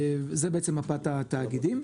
זו מפת התאגידים.